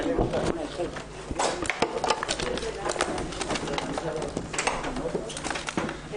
הישיבה ננעלה בשעה 12:25.